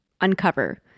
uncover